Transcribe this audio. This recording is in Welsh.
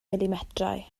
milimetrau